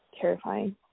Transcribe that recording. Terrifying